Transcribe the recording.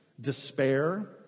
despair